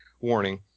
warning